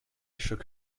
shook